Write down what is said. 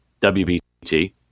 wbt